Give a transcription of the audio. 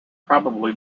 probably